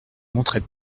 montrait